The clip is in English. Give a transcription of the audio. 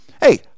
Hey